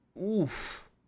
Oof